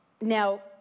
Now